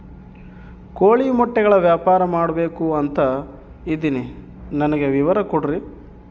ಕೋಳಿ ಮೊಟ್ಟೆಗಳ ವ್ಯಾಪಾರ ಮಾಡ್ಬೇಕು ಅಂತ ಇದಿನಿ ನನಗೆ ವಿವರ ಕೊಡ್ರಿ?